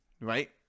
right